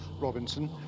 Robinson